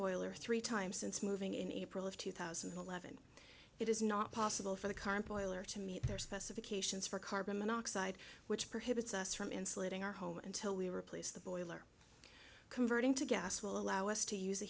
boiler three times since moving in april of two thousand and eleven it is not possible for the current boiler to meet their specifications for carbon monoxide which prohibits us from insulating our home until we were place the boiler converting to gas will allow us to use a